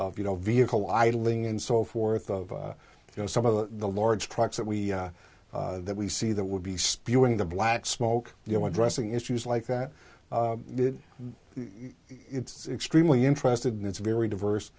of you know vehicle idling and so forth of you know some of the large trucks that we that we see that would be spewing the black smoke you want pressing issues like that it's extremely interested and it's very diverse